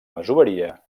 masoveria